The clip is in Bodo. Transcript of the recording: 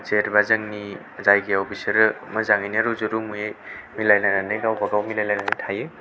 जेनबा जोंनि जायगायाव बिसोरो मोजाङैनो रुजु रुमुयै मिलायलायनानै गावबा गाव मिलायलायनानै थायो